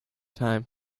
time